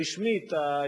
רשמית,